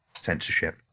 censorship